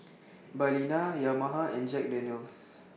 Balina Yamaha and Jack Daniel's